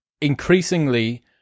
increasingly